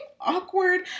awkward